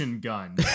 gun